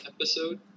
episode